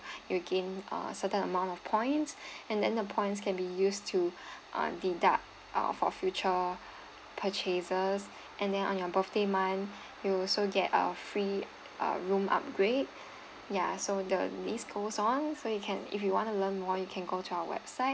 you gain uh certain amount of points and then the points can be used to uh deduct uh for future purchases and then on your birthday month you will also get a free uh room upgrade ya so the list goes on so you can if you want to learn more you can go to our website